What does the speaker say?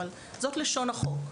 אבל זאת לשון החוק.